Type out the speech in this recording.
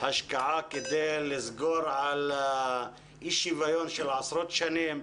השקעה כדי לסגור על אי שוויון של עשרות שנים.